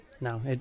no